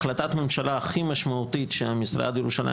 החלטת ממשלה הכי משמעותית שהמשרד לירושלים